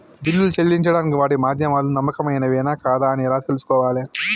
బిల్లులు చెల్లించడానికి వాడే మాధ్యమాలు నమ్మకమైనవేనా కాదా అని ఎలా తెలుసుకోవాలే?